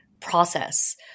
process